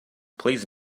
please